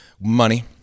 Money